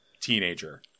teenager